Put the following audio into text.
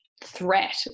threat